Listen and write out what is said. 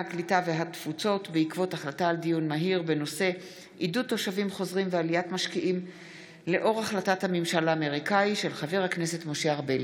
הקליטה והתפוצות בעקבות דיון מהיר בהצעתו של חבר הכנסת משה ארבל